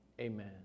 Amen